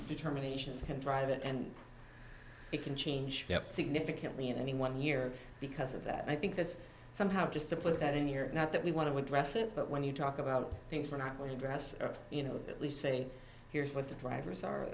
determination to drive it end it can change significantly in any one year because of that i think this somehow just to put that in your not that we want to address it but when you talk about things we're not going to address or you know at least say here's what the drivers are